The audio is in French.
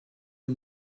les